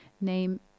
name